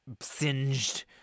singed